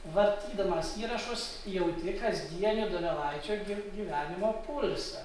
vartydamas įrašus jauti kasdienį donelaičio gyv gyvenimo pulsą